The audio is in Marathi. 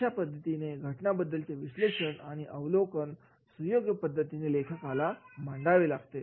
अशा पद्धतीने घटनांबद्दलचे विश्लेषण आणि अवलोकन सुयोग्य पद्धतीने लेखकाला मांडावे लागते